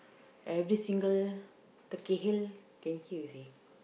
every single turkey heal can see you see